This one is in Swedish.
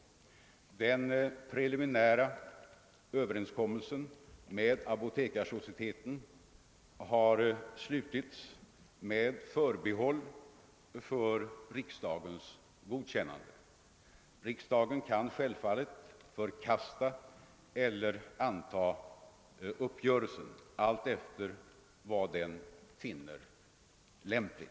Den preliminära Överenskommelsen med Apotekarsocieteten har slutits med förbehåll för riksdagens godkännande. Riksdagen kan självfallet förkasta eller antaga uppgörelsen alltefter vad riksdagen finner lämpligt.